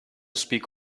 speak